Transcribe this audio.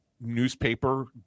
newspaper